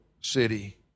city